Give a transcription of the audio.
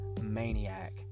Maniac